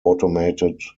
automated